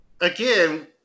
again